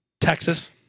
Texas